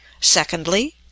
Secondly